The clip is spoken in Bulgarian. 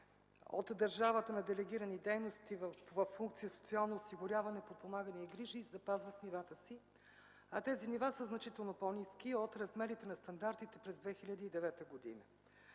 от държавата на делегирани дейности във функция социално осигуряване, подпомагане и грижи запазват нивата си, а тези нива са значително по-ниски от размерите на стандартите през 2009 г.